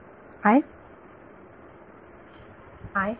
विद्यार्थी i